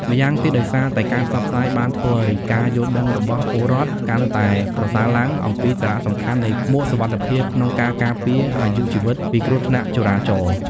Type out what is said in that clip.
ម្យ៉ាងទៀត ដោយសារតែការផ្សព្វផ្សាយបានធ្វើឲ្យការយល់ដឹងរបស់ពលរ្ឋកាន់តែប្រសើរឡើងអំពីសារៈសំខាន់នៃមួកសុវត្ថិភាពក្នុងការការពារអាយុជីវិតពីគ្រោះថ្នាក់ចរាចរណ៍។